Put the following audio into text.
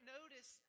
Notice